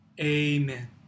Amen